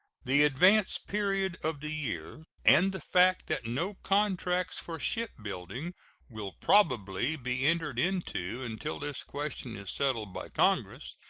the advanced period of the year and the fact that no contracts for shipbuilding will probably be entered into until this question is settled by congress,